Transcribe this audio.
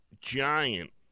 giant